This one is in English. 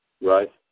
right